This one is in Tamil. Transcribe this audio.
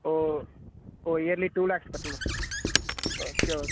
ஓ ஓ இயர்லி டூ லேக்ஸ் கட்டணுமா ஓகே ஓகே